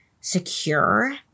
secure